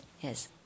Yes